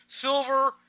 silver